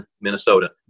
Minnesota